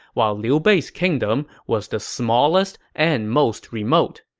while liu bei's kingdom was the smallest and most remote.